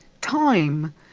time